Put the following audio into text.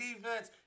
defense